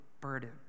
burden